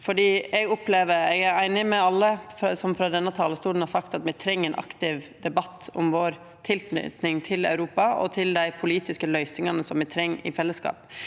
Eg er einig med alle som frå denne talarstolen har sagt at me treng ein aktiv debatt om vår tilknyting til Europa og til dei politiske løysingane som me treng i fellesskap.